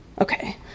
Okay